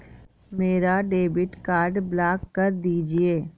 मेरा debit card block कर दीजिए